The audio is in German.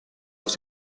auf